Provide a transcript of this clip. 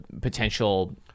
potential